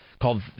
called